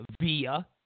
via